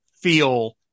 feel